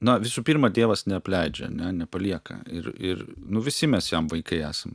na visų pirma dievas neapleidžia ane nepalieka ir ir nu visi mes jam vaikai esam